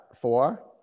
four